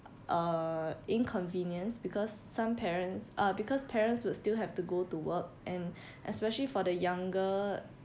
uh inconvenience because some parents uh because parents would still have to go to work and especially for the younger